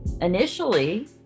initially